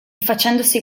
facendosi